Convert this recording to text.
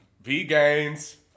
V-Gains